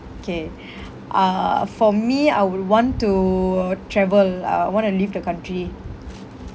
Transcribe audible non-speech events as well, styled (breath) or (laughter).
K (breath) uh for me I would want to travel I want to leave the country